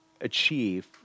achieve